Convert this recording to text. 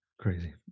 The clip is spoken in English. Crazy